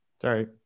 Sorry